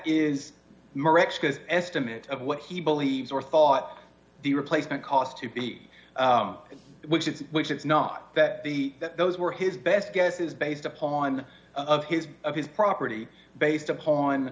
is estimate of what he believes or thought the replacement cost to beat which is which it's not that the that those were his best guesses based upon of his of his property based upon